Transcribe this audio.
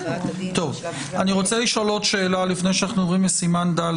לפני שאנחנו עוברים לסימן ד',